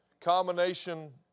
combination